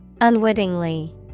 Unwittingly